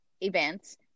events